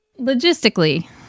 Logistically